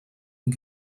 and